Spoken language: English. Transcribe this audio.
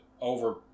over